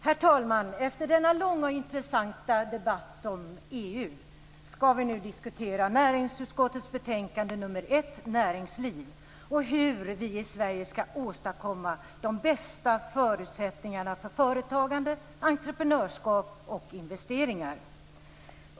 Herr talman! Efter denna långa och intressanta debatt om EU ska vi nu diskutera näringsutskottets betänkande nr 1 Näringsliv och hur vi i Sverige ska åstadkomma de bästa förutsättningarna för företagande, entreprenörskap och investeringar.